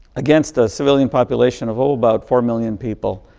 against a civilian population of over about four million people.